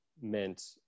meant